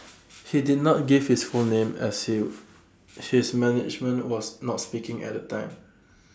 he did not give his full name as if his management was not speaking at the time